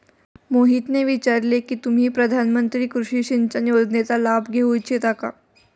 मोहितने विचारले की तुम्ही प्रधानमंत्री कृषि सिंचन योजनेचा लाभ घेऊ इच्छिता का?